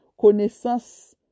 Connaissance